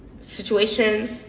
situations